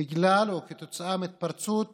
בגלל או כתוצאה מהתפרצות